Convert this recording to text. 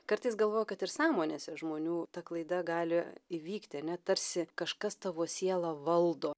kartais galvoju kad ir sąmonėse žmonių ta klaida gali įvykti ane tarsi kažkas tavo sielą valdo